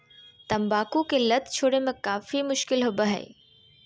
तंबाकू की लत छोड़े में काफी मुश्किल होबो हइ